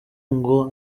ngo